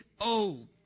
Old